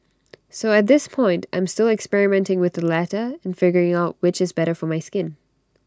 so at this point I'm still experimenting with the latter and figuring out which is better for my skin